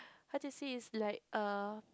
how to say is like err